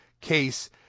case